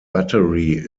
battery